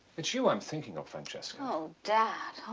it's you i'm thinking of francesca. oh dad